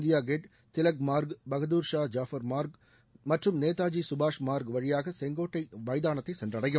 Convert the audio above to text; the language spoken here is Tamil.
இந்தியா கேட் திலக் மார்க் பகதூர் ஷா ஜாஃபர் மார்க் மற்றும் நேதாஜி சுபாஷ் மாரக் வழியாக செங்கோட்டை எமதானத்தை சென்றடையும்